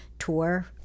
tour